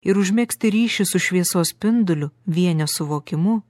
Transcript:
ir užmegzti ryšį su šviesos spinduliu vienio suvokimu